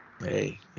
Hey